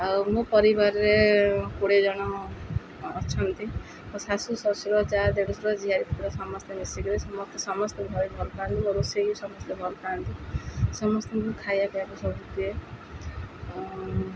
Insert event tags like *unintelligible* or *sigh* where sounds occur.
ଆଉ ମୋ ପରିବାରରେ କୋଡ଼ିଏ ଜଣ ଅଛନ୍ତି ମୋ ଶାଶୁ ଶଶୁର ଯାଆ ଦେଢ଼ଶୁର *unintelligible* ସମସ୍ତେ ମିଶିକି ସମସ୍ତେ ସମସ୍ତେ ବହୁତ ଭଲ ପାଆନ୍ତି ମୋ ରୋଷେଇ ବି ସମସ୍ତେ ଭଲ ପାଥାଆନ୍ତି ସମସ୍ତଙ୍କୁ ଖାଇବା ପିଆବାକୁ ସବୁ ଦିଏ